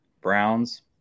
Browns